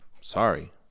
Sorry